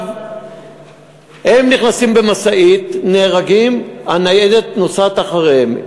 הם נכנסים במשאית, נהרגים, הניידת נוסעת אחריהם.